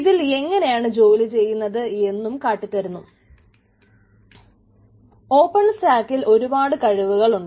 അതിൽ എങ്ങനെയാണ് ജോലി ചെയ്യുന്നത് എന്നും കാട്ടി തരുന്നു ഓപ്പൺ സ്റ്റാക്കിൽ ഒരുപാട് കഴിവുകൾ ഉണ്ട്